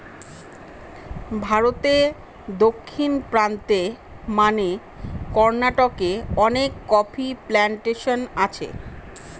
ভারতে দক্ষিণ প্রান্তে মানে কর্নাটকে অনেক কফি প্লানটেশন আছে